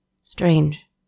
Strange